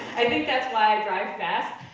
i think that's why i drive fast.